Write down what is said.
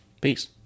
Peace